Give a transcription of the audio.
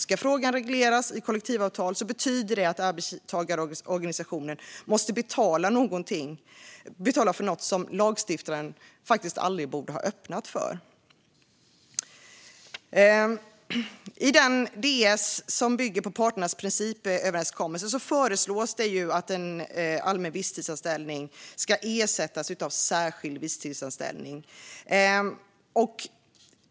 Ska frågan regleras i kollektivavtal betyder det alltså att arbetstagarorganisationen måste betala för något som lagstiftaren aldrig borde ha öppnat för. I den DS som bygger på parternas principöverenskommelse föreslås att allmän visstidsanställning ska ersättas av särskild visstidsanställning.